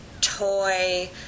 toy